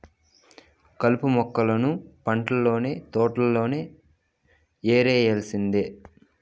కలుపు మొక్కలను పంటల్లనైన, తోటల్లోనైన యేరేయాల్సిందే